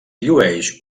llueix